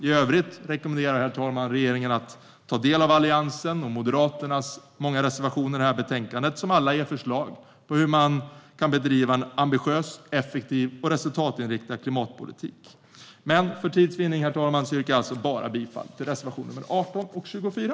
I övrigt rekommenderar jag re-geringen att ta del av Alliansens och Moderaternas många andra reservationer i detta betänkande, som alla ger förslag på hur en ambitiös, effektiv och resultatinriktad klimatpolitik kan bedrivas, men för tids vinnande yr-kar jag alltså bifall bara till reservationerna 18 och 24.